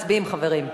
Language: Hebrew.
מצביעים, חברים.